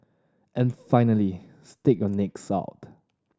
and finally stick your necks out